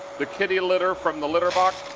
the kitty litter from the litter box.